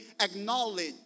acknowledge